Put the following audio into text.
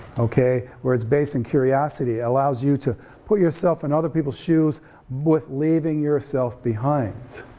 okay, where it's base in curiosity allows you to put yourself in other people's shoes with leaving yourself behind.